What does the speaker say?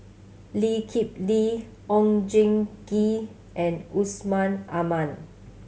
Lee Kip Lee Oon Jin Gee and Yusman Aman